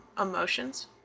emotions